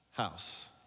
House